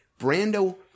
Brando